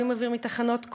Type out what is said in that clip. על זיהום אוויר מתחנות כוח.